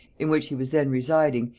in which he was then residing,